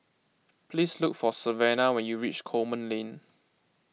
please look for Savannah when you reach Coleman Lane